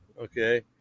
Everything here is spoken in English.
okay